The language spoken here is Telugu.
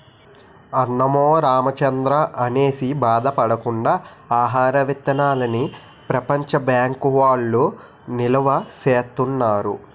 అన్నమో రామచంద్రా అనేసి బాధ పడకుండా ఆహార విత్తనాల్ని ప్రపంచ బ్యాంకు వౌళ్ళు నిలవా సేత్తన్నారు